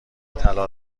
طلا